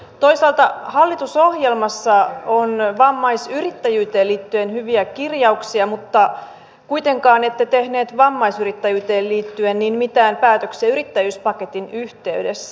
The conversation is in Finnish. toisaalta hallitusohjelmassa on vammaisyrittäjyyteen liittyen hyviä kirjauksia mutta kuitenkaan ette tehneet vammaisyrittäjyyteen liittyen mitään päätöksiä yrittäjyyspaketin yhteydessä